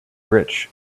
rich